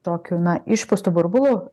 tokiu na išpūstu burbulu